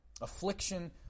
Affliction